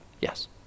Yes